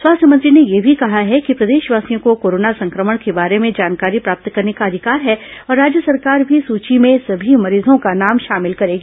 स्वास्थ्य मंत्री ने यह भी कहा है कि प्रदेशवासियों को कोरोना संक्रमण के बारे में जानकारी प्राप्त करने का अधिकार है और राज्य सरकार भी सूची में सभी मरीजों का नाम शामिल करेगी